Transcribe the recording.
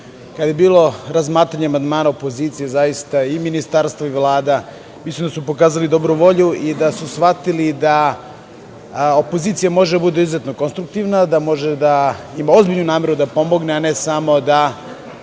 kada je bilo razmatranje amandmana opozicije, zaista i Ministarstvo i Vlada pokazali dobru volju i da su shvatili da opozicija može da bude izuzetno konstruktivna, da može da ima ozbiljnu nameru da pomogne, a ne samo da